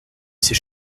ses